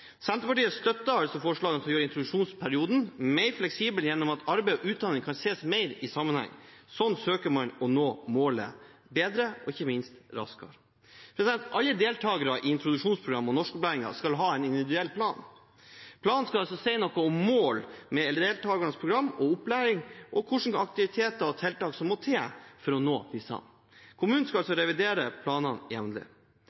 Senterpartiet støtter altså forslagene som gjør introduksjonsperioden mer fleksibel gjennom at arbeid og utdanning kan ses mer i sammenheng. Slik søker man å nå målet bedre og ikke minst raskere. Alle deltagere i introduksjonsprogram og norskopplæring skal ha en individuell plan. Planen skal si noe om mål med deltagernes program og opplæring, og hvilke aktiviteter og tiltak som må til for å nå disse målene. Kommunen skal